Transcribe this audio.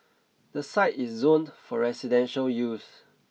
the site is zoned for residential use